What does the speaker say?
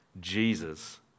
Jesus